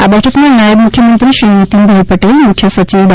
આ બેઠકમાં નાયબ મુખ્યમંત્રી શ્રી નીતીનભાઇ પટેલ મુખ્ય સચિવ ડો